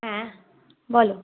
হ্যাঁ বলো